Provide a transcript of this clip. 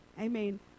Amen